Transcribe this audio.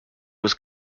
was